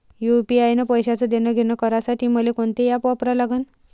UPI न पैशाचं देणंघेणं करासाठी मले कोनते ॲप वापरा लागन?